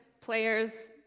players